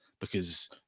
because-